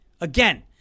Again